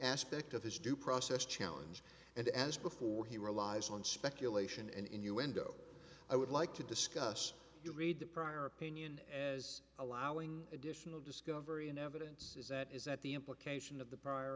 aspect of his due process challenge and as before he relies on speculation and innuendo i would like to discuss you read the prior opinion as allowing additional discovery and evidence is that is that the implication of the prior